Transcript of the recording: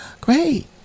Great